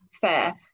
fair